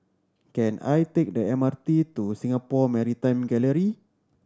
can I take the M R T to Singapore Maritime Gallery